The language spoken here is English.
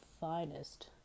finest